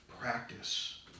practice